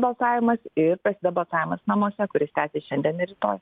balsavimas ir prasideda balsavimas namuose kuris tęsis šiandien ir rytoj